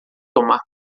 tomar